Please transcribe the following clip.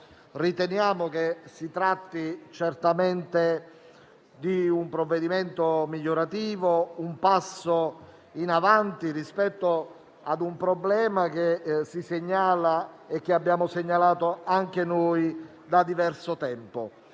riteniamo si tratti certamente di un provvedimento migliorativo, di un passo in avanti rispetto ad un problema che abbiamo segnalato anche noi da diverso tempo.